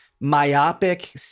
myopic